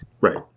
Right